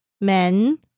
men